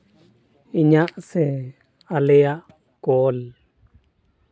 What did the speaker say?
ᱤᱧᱟᱹᱜ ᱥᱮ ᱟᱞᱮᱭᱟᱜ ᱠᱚᱞ